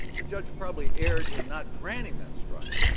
the judge probably erred in not granting that strike.